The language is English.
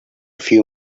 few